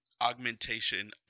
augmentation